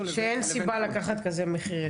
לבין --- שאין סיבה לקחת כזה מחיר יקר.